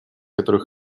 которые